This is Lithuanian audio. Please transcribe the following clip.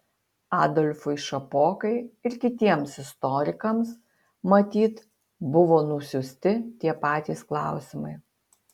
adolfui šapokai ir kitiems istorikams matyt buvo nusiųsti tie patys klausimai